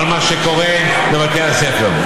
על מה שקורה בבתי הספר,